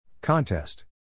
Contest